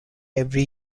every